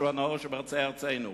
שהוא הנאור שבערי ארצנו.